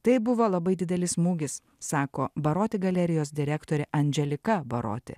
tai buvo labai didelis smūgis sako baroti galerijos direktorė andželika baroti